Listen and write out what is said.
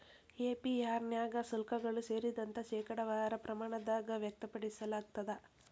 APR ನ್ಯಾಗ ಶುಲ್ಕಗಳು ಸೇರಿದಂತೆ, ಶೇಕಡಾವಾರ ಪ್ರಮಾಣದಾಗ್ ವ್ಯಕ್ತಪಡಿಸಲಾಗ್ತದ